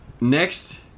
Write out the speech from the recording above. next